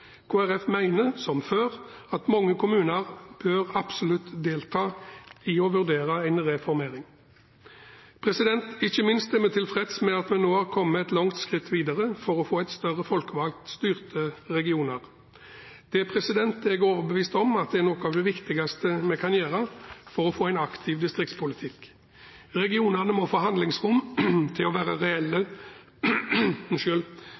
som før at mange kommuner absolutt bør delta i det å vurdere en reformering. Ikke minst er vi tilfreds med at vi nå har kommet et langt skritt videre for å få større folkevalgtstyrte regioner. Det er jeg overbevist om er noe av det viktigste vi kan gjøre for å få en aktiv distriktspolitikk. Regionene må få handlingsrom til å være reelle